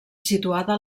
situada